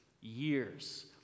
years